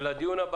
את הדיון הזה